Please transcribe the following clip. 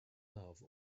love